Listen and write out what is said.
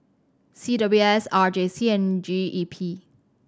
C W S R J C and G E P